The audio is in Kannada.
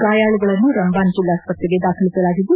ಗಾಯಾಳುಗಳನ್ನು ರಂಬಾನ್ ಜಿಲ್ಲಾಸ್ಟತ್ರೆಗೆ ದಾಖಲಿಬಿದ್ದು